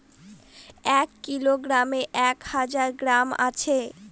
এক কিলোগ্রামে এক হাজার গ্রাম আছে